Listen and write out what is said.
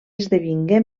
esdevingué